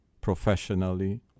professionally